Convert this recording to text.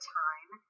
time